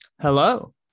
Hello